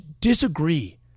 disagree